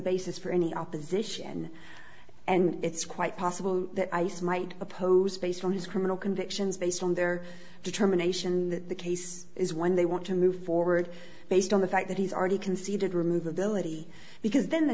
basis for any opposition and it's quite possible that ice might oppose space for his criminal convictions based on their determination that the case is when they want to move forward based on the fact that he's already conceded remove the delivery because then the